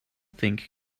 think